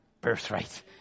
Birthright